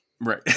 Right